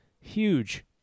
Huge